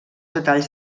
detalls